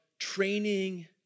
Training